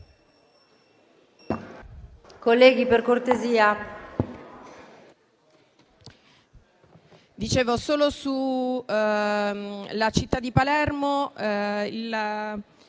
Colleghi, per cortesia.